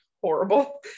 horrible